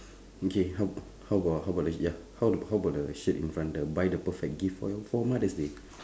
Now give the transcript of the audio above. okay how how about how about the ya how how about the shirt in front the buy the perfect gift for your for mother's day